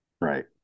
Right